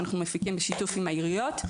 שאנחנו מפיקים בשיתוף עם העיריות.